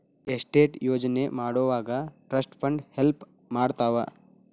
estate ಯೋಜನೆ ಮಾಡೊವಾಗ trust fund help ಮಾಡ್ತವಾ